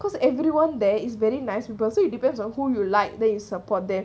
cause everyone there is very nice people so it depends on who you like the its support them